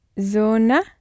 Zona